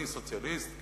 אני סוציאליסט,